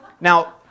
Now